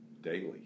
daily